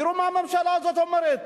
תראו מה הממשלה הזאת אומרת.